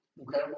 Okay